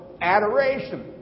adoration